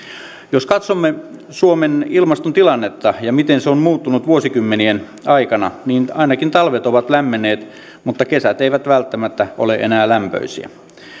jos katsomme suomen ilmaston tilannetta ja sitä miten se on muuttunut vuosikymmenien aikana niin ainakin talvet ovat lämmenneet mutta kesät eivät välttämättä ole enää lämpöisiä